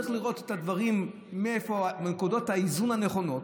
צריך לראות את הדברים בנקודות האיזון הנכונות,